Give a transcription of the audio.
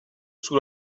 sous